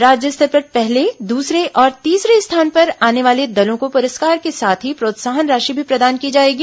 राज्य स्तर पर पहले दूसरे और तीसरे स्थान पर आने वाले दलों को पुरस्कार के साथ ही प्रोत्साहन राशि भी प्रदान की जाएगी